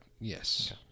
yes